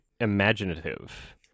imaginative